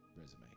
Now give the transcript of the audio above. resume